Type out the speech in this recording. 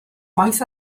gwaith